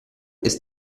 ist